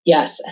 Yes